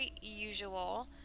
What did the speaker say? usual